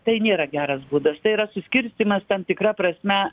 tai nėra geras būdas tai yra suskirstymas tam tikra prasme